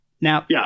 Now